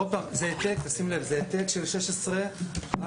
עוד פעם: תשים לב, זה העתק של סעיף 16(א).